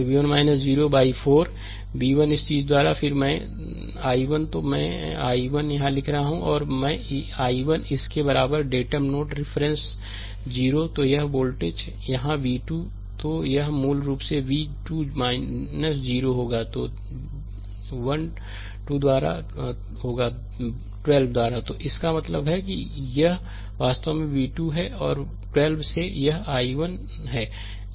तो v 1 0 4 by 4 v 1 इस चीज द्वारा और फिर मैं i1 तो मैं i1 यहाँ लिख रहा हूँ कि मैं i1 इस के बराबर है डांटम नोड रिफरेंस 0 तो यह वोल्टेज यहाँ v 2 है तो यह मूल रूप से v 2 0 होगा 12 द्वारा तो इसका मतलब है कि यह वास्तव में v 2 है 12 से यह i है